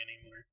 anymore